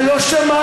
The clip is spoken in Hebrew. זה לא שמעתי,